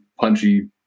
punchy